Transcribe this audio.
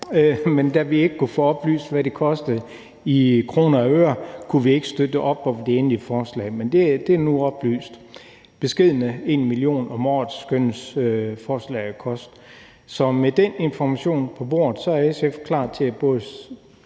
Men da vi ikke kunne få oplyst, hvad det kostede i kroner og øre, kunne vi ikke støtte op om det endelige forslag. Men det er nu oplyst. Beskedne 1 mio. kr. om året skønnes forslaget at koste. Så med den information på bordet er SF klar til både